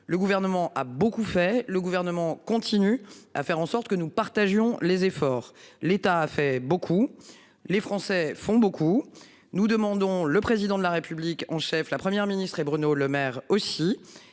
le gouvernement a beaucoup fait. Le gouvernement continue à faire en sorte que nous partagions les efforts. L'État a fait beaucoup les Français font beaucoup. Nous demandons le président de la République en chef. La Première ministre et Bruno Lemaire aussi